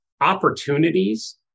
opportunities